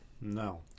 no